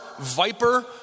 viper